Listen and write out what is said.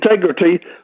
integrity